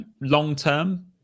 long-term